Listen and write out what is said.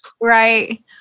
right